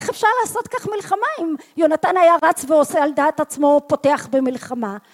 איך אפשר לעשות כך מלחמה אם יונתן היה רץ ועושה על דעת עצמו פותח במלחמה?